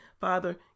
Father